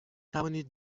توانید